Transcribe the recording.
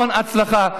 המון הצלחה,